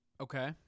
Okay